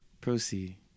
Proceed